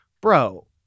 bro